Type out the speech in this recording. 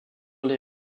les